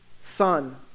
Son